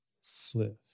Swift